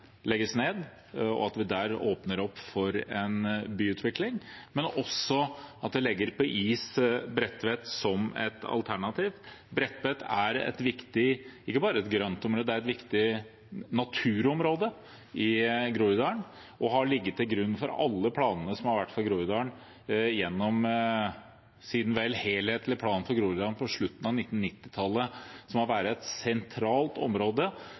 legges ned, og at vi der åpner opp for en byutvikling, men også at man legger på is Bredtvet som et alternativ. Bredtvet er ikke bare viktig som grøntområde, det er et viktig naturområde i Groruddalen, og det har ligget til grunn for alle planene som har vært for Groruddalen siden det ble en helhetlig plan for Groruddalen på slutten av 1990-tallet, at det skal være et sentralt område,